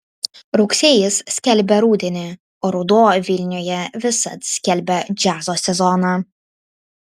rugsėjis skelbia rudenį o ruduo vilniuje visad skelbia džiazo sezoną